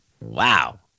Wow